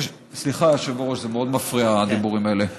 סליחה, היושב-ראש, זה מאוד מפריע, הדיבורים האלה.